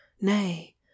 Nay